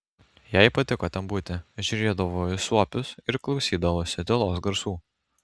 jai patiko ten būti žiūrėdavo į suopius ir klausydavosi tylos garsų